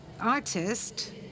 artist